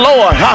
Lord